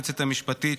היועצת המשפטית,